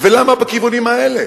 ולמה בכיוונים האלה?